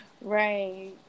Right